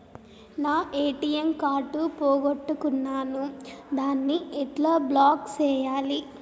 నా ATM card పోగొట్టుకున్నాను, దాన్ని ఎట్లా బ్లాక్ సేయాలి?